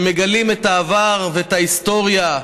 שמגלים את העבר ואת ההיסטוריה,